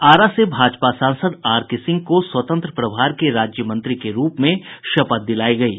आरा से भाजपा सांसद R K Singh को स्वतंत्र प्रभार के राज्यमंत्री के रूप में शपथ दिलायी गयी